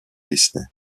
disney